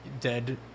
dead